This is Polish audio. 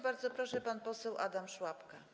Bardzo proszę, pan poseł Adam Szłapka.